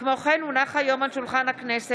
(תיקון, חובת ליווי בכתוביות